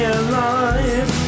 alive